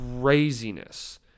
Craziness